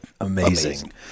amazing